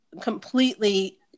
completely